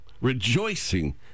rejoicing